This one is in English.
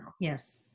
Yes